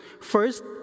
First